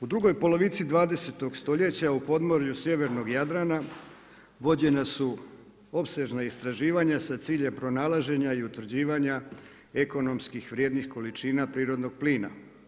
U drugoj polovici 20. stoljeća u podmorju sjevernog Jadrana vođena su opsežna istraživanja sa ciljem pronalaženja i utvrđivanja ekonomski vrijednih količina prirodnog plina.